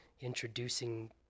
introducing